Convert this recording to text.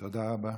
תודה רבה.